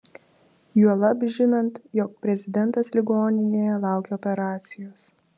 juolab žinant jog prezidentas ligoninėje laukia operacijos